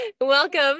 Welcome